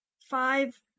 Five